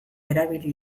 erabili